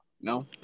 No